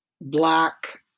Black